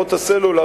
חברות הסלולר,